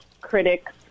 critics